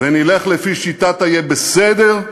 ונלך לפי שיטת ה"יהיה בסדר",